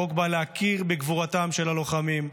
החוק בא להכיר בגבורתם של הלוחמים,